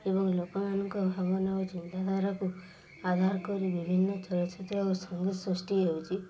ଏବଂ ଲୋକମାନଙ୍କ ଭାବନା ଓ ଚିନ୍ତାଧାରାକୁ ଆଧାର କରି ବିଭିନ୍ନ ଚଳଚ୍ଚିତ୍ର ଓ ସଙ୍ଗୀତ ସୃଷ୍ଟି ହେଉଛି